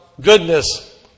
goodness